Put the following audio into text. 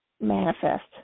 Manifest